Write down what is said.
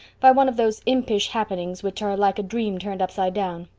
by one of those impish happenings which are like a dream turned upside down.